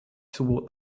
toward